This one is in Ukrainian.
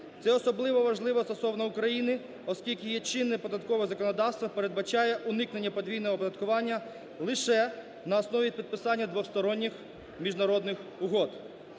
Це особливо важливо стосовно України, оскільки є чинне податкове законодавство, передбачає уникнення подвійного оподаткування лише на основі підписання двосторонніх міжнародних угод.